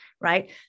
right